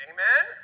Amen